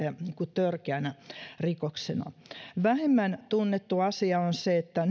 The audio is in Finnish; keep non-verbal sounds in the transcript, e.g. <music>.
törkeänä rikoksena vähemmän tunnettu asia on se että <unintelligible>